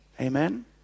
Amen